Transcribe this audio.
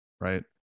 right